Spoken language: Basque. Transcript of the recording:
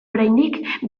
oraindik